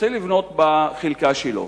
רוצה לבנות בחלקה שלו